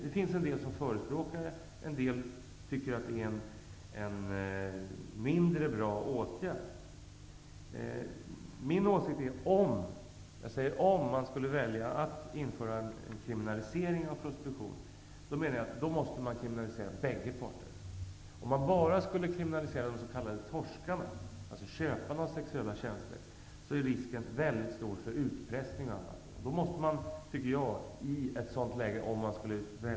En del förespråkar det, och en del tycker att det är en mindre bra åtgärd. Min åsikt är, om man skulle välja att införa en kriminalisering av prostitutionen, att bägge parter måste straffbeläggas. Om man bara kriminaliserar de s.k. torskarna, dvs. köparna av sexuella tjänster, är risken mycket stor för utpressning.